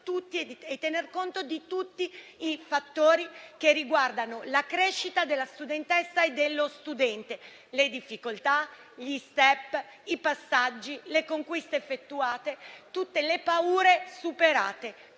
che deve tener conto di tutti i fattori che riguardano la crescita della studentessa e dello studente, le difficoltà, gli *step*, i passaggi, le conquiste effettuate, tutte le paure superate: